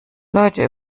leute